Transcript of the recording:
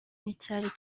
nticyari